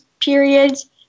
periods